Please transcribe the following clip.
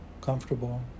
comfortable